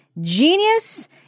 genius